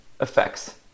effects